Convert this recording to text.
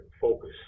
focus